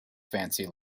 fancy